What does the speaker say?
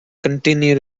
continue